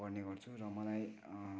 पढ्ने गर्छु र मलाई